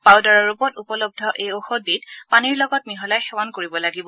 পাউদাৰৰ ৰূপত উপলৰূ এই ঔষধবিধ পানীৰ লগত মিহলাই সেৱণ কৰিব লাগিব